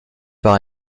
par